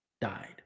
died